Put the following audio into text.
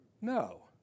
No